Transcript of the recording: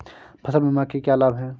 फसल बीमा के क्या लाभ हैं?